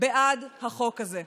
בעד החוק הזה.